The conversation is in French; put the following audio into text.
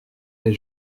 les